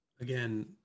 again